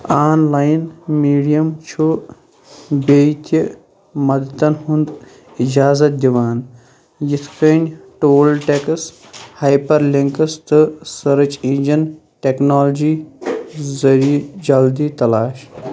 آن line medium چھُ بیٚیہِ تہِ مَدتن ہُنٛد اِجازت دِوان یِتھ کَنۍ ٹول ٹٮ۪کٕس ہایپَر لِنکس تہٕ سٔرٕچ اِنجَن ٹٮ۪کنولجی ذٔریعہٕ جلدی تلاش